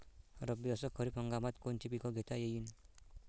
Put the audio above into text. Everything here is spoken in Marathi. रब्बी अस खरीप हंगामात कोनचे पिकं घेता येईन?